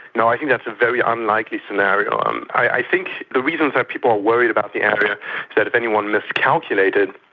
no, i think that's a very unlikely scenario. um i think the reasons that people are worried about the area is that if anyone miscalculated,